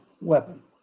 weapon